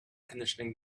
conditioning